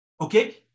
Okay